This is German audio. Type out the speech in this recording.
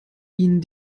ihnen